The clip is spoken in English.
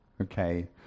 Okay